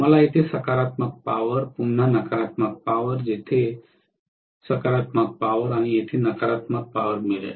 मला येथे सकारात्मक पॉवर पुन्हा नकारात्मक पॉवर येथे सकारात्मक पॉवर आणि येथे नकारात्मक पॉवर मिळेल